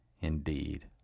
indeed